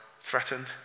threatened